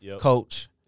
coach